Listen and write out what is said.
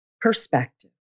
perspective